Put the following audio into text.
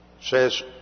says